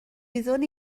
wyddwn